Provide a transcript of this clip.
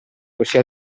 così